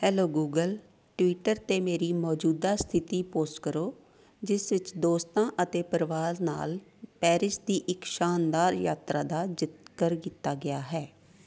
hello Google Twitter 'ਤੇ ਮੇਰੀ ਮੌਜੂਦਾ ਸਥਿਤੀ ਪੋਸਟ ਕਰੋ ਜਿਸ ਵਿੱਚ ਦੋਸਤਾਂ ਅਤੇ ਪਰਿਵਾਰ ਨਾਲ ਪੈਰਿਸ ਦੀ ਇੱਕ ਸ਼ਾਨਦਾਰ ਯਾਤਰਾ ਦਾ ਜ਼ਿਕਰ ਕੀਤਾ ਗਿਆ ਹੈ